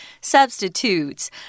substitutes